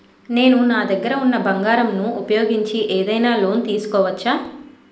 నేను నా దగ్గర ఉన్న బంగారం ను ఉపయోగించి ఏదైనా లోన్ తీసుకోవచ్చా?